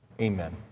Amen